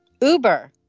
Uber